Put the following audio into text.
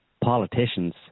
politicians